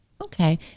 Okay